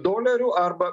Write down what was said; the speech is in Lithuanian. dolerių arba